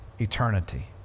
eternity